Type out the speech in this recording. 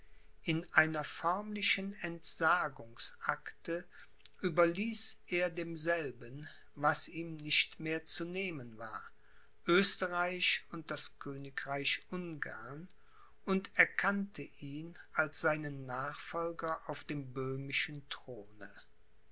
in einer förmlichen entsagungsakte überließ er demselben was ihm nicht mehr zu nehmen war oesterreich und das königreich ungarn und erkannte ihn als seinen nachfolger auf dem böhmischen throne